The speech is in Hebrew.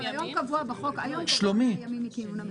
היום קבוע בחוק ימים מכינון הממשלה.